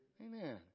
Amen